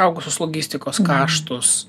augusius logistikos kaštus